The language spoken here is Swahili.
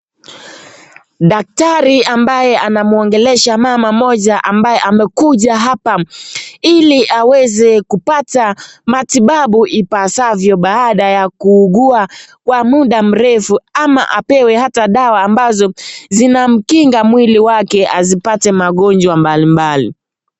Daktari ambaye anamuongelesha mama mmoja ambaye amekuja hapa ili aweze kupata matibabu ipasavyo, ambaye msaada ya kuugua kwa muda mrefu ama apewe hata dawa ambazo zinamkinga mwili wake asipate magonjwa mbali mbai